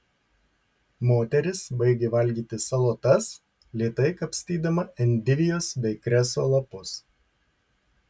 moteris baigė valgyti salotas lėtai kapstydama endivijos bei kreso lapus